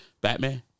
Batman